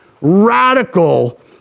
radical